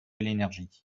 l’énergie